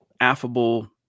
affable